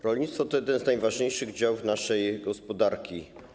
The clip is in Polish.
Rolnictwo to jeden z najważniejszych działów naszej gospodarki.